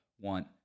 want